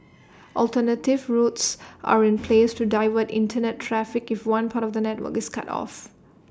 alternative routes are in place to divert Internet traffic if one part of the network is cut off